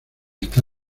está